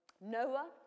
Noah